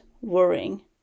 worrying